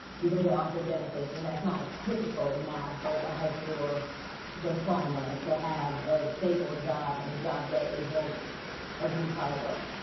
because they offer benefits and that's not typical now for a high school diploma to have a stable job and a job that isn't a blue collar worker.